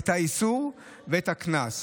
את האיסור ואת הקנס.